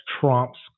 trumps